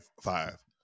five